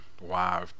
wow